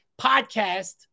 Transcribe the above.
Podcast